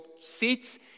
seats